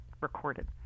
recorded